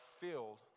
filled